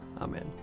Amen